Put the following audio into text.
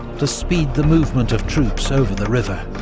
to speed the movement of troops over the river.